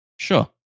Sure